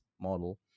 model